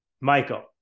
Michael